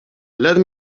let